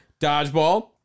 dodgeball